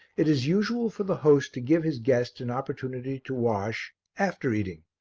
it is usual for the host to give his guest an opportunity to wash after eating.